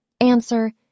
Answer